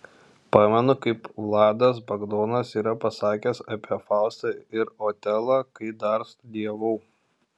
pamenu kaip vladas bagdonas yra pasakęs apie faustą ir otelą kai dar studijavau